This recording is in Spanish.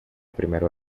primero